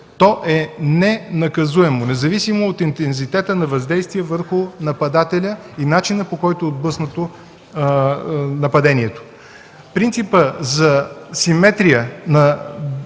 то е ненаказуемо, независимо от интензитета на въздействие върху нападателя и начина, по който е отблъснато нападението. Принципът за симетрия на